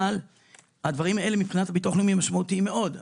אבל הדברים האלה מבחינת ביטוח לאומי משמעותיים מאוד.